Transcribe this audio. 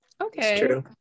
okay